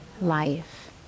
Life